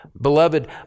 Beloved